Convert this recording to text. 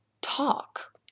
talk